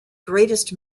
greatest